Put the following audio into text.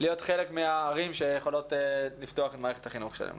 כעיר שיכולה לפתוח את מערכת החינוך שלה.